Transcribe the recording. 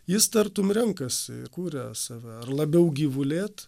jis tartum renkasi kuria save ar labiau gyvulėt